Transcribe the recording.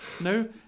no